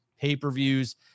pay-per-views